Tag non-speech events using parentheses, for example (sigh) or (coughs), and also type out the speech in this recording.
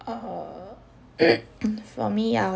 err (coughs) for me I would